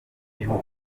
igihugu